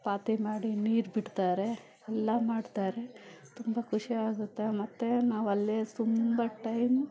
ಪಾತಿ ಮಾಡಿ ನೀರು ಬಿಡ್ತಾರೆ ಎಲ್ಲ ಮಾಡ್ತಾರೆ ತುಂಬ ಖುಷಿಯಾಗುತ್ತಾ ಮತ್ತೆ ನಾವಲ್ಲೇ ತುಂಬ ಟೈಮು